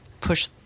push